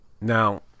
now